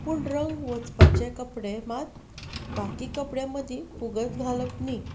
पूण रंग वचपाचे कपडे मात बाकी कपड्यां मदीं फुगत घालप न्हय